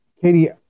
Katie